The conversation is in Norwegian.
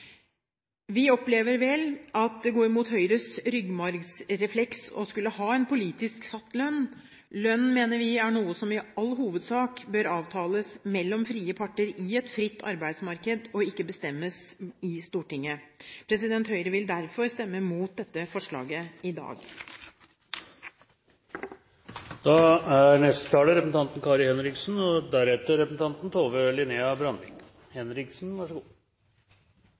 Vi opplever vel at det går mot Høyres ryggmargsrefleks å skulle ha en politisk satt lønn. Lønn mener vi er noe som i all hovedsak bør avtales mellom frie parter i et fritt arbeidsmarked, og ikke bestemmes i Stortinget. Høyre vil derfor stemme mot dette forslaget i dag. I dag er